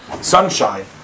sunshine